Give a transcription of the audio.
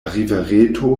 rivereto